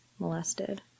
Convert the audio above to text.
molested